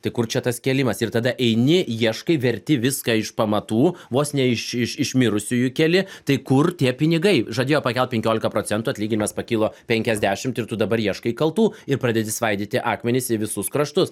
tai kur čia tas kėlimas ir tada eini ieškai verti viską iš pamatų vos ne iš iš iš mirusiųjų keli tai kur tie pinigai žadėjo pakelt penkiolika procentų atlyginimas pakilo penkiasdešimt ir tu dabar ieškai kaltų ir pradėti svaidyti akmenis į visus kraštus